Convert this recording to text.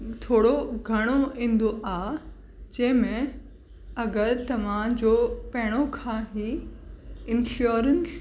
थोरो घणो ईंदो आहे जंहिं में अगरि तव्हांजो पहिरों खां ई इंशोरंस